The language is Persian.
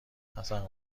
حسن